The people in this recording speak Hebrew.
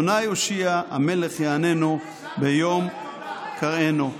ה' הושיעה, המלך יעננו ביום קראנו".